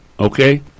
Okay